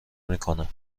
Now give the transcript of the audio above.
میکنم